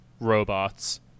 robots